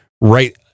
right